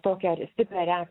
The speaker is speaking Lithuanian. tokią stiprią